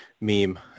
meme